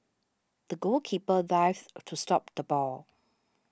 the goalkeeper dives to stop the ball